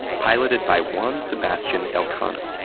piloted by juan sebastian elcano,